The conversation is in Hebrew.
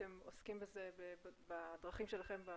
אתם עוסקים בזה בדרכים שלכם במשרד.